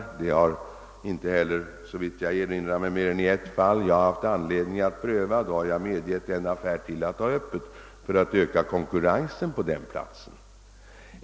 Såvitt jag erinrar mig har jag haft anledning att pröva detta endast i ett fall och jag har, då gett tillstånd till ytterligare en affär att ha öppet för att öka konkurrensen på den platsen.